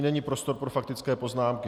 Není prostor pro faktické poznámky.